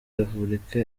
republika